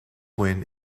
win